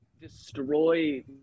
destroy